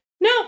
no